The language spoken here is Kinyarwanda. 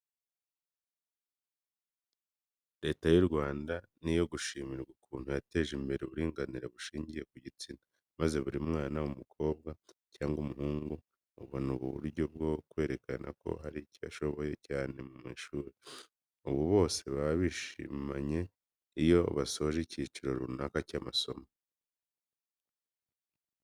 Leta y'u Rwanda ni iyo gushimirwa ukuntu yateje imbere uburinganire bushingiye ku gitsina, maze buri mwana, umukobwa cyangwa umuhungu abona uburyo bwo kwerekana ko hari icyo ashoboye cyane mu ishuri. Ubu bose baba bishimanye iyo basoje icyiciro runaka cy'amasomo.